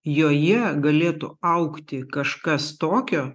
joje galėtų augti kažkas tokio